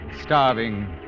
starving